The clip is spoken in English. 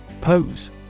Pose